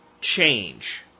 change